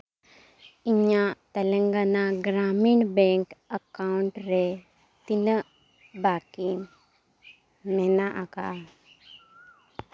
ᱤᱧᱟᱹᱜ Telangana Gramin bank account ᱨᱮ ᱛᱤᱱᱟᱹᱜ ᱵᱟᱹᱠᱤ ᱢᱮᱱᱟᱜ ᱟᱠᱟᱜᱼᱟ